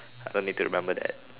I don't need to remember that